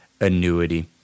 annuity